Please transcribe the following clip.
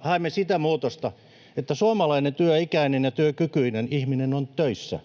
haemme sitä muutosta, että suomalainen työikäinen ja työkykyinen ihminen on töissä.